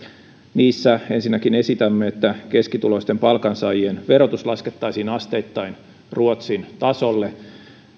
niissä ensinnäkin esitämme että keskituloisten palkansaajien verotus laskettaisiin asteittain ruotsin tasolle